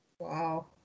Wow